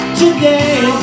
today